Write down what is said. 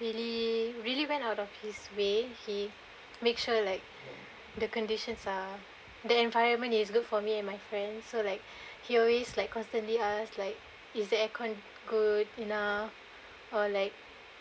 really really went out of his way he make sure like the conditions are the environment is good for me and my friend so like he always like constantly ask like is the aircon good enough or like